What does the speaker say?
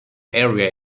area